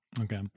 Okay